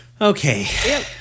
Okay